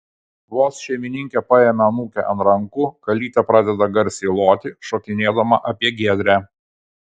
vos šeimininkė paima anūkę ant rankų kalytė pradeda garsiai loti šokinėdama apie giedrę